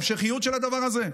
ההמשכיות של הדבר הזה?